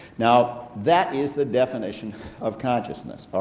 now, that is the definition of consciousness. all